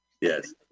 Yes